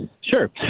Sure